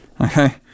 Okay